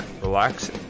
relax